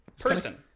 Person